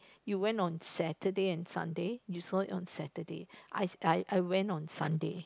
you went on Saturday on Sunday you saw it on Saturday I I I went on Sunday